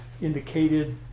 indicated